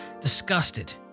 disgusted